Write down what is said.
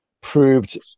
proved